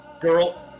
girl